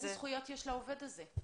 איזה זכויות יש לעובד הזה?